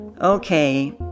okay